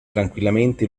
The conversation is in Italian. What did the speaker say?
tranquillamente